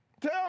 Tell